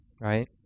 right